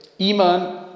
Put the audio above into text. Iman